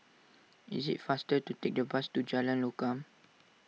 it is faster to take the bus to Jalan Lokam